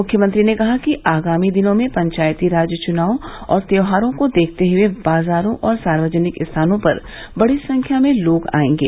मुख्यमंत्री ने कहा कि आगामी दिनों में पंचायती राज चनाव और त्यौहारों को देखते हुए बाजारों और सार्वजनिक स्थानों पर बड़ी संख्या में लोग आयेंगे